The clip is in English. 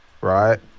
Right